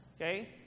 Okay